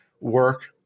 work